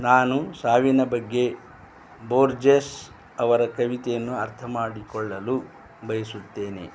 ನಾನು ಸಾವಿನ ಬಗ್ಗೆ ಬೋರ್ಜೆಸ್ ಅವರ ಕವಿತೆಯನ್ನು ಅರ್ಥ ಮಾಡಿಕೊಳ್ಳಲು ಬಯಸುತ್ತೇನೆ